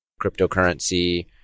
cryptocurrency